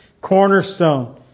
cornerstone